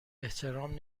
احترام